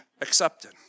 accepted